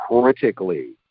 critically